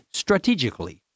strategically